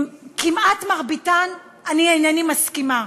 עם כמעט מרביתן אני אינני מסכימה,